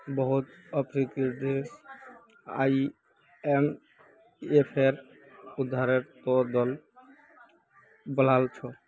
बहुत अफ्रीकी देश आईएमएफेर उधारेर त ल दबाल छ